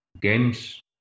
games